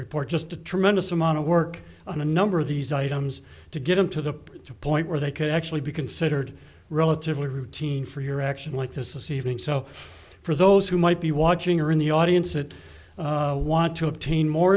report just a tremendous amount of work on a number of these items to get them to the point to point where they could actually be considered relatively routine for your action like this evening so for those who might be watching or in the audience it want to obtain more